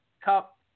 cup